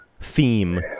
theme